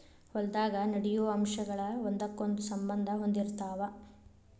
ಹೊಲದಾಗ ನಡೆಯು ಅಂಶಗಳ ಒಂದಕ್ಕೊಂದ ಸಂಬಂದಾ ಹೊಂದಿರತಾವ